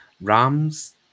Rams